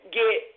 get